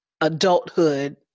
adulthood